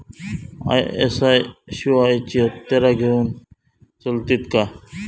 ISI शिवायची हत्यारा घेऊन चलतीत काय?